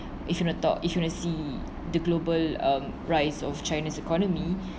if you want to talk if you want to see the global um rise of china's economy